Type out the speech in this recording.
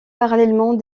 parallèlement